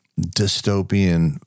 dystopian